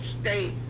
state